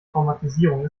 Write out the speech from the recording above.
traumatisierung